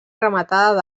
rematada